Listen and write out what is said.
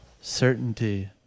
certainty